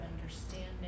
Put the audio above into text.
understanding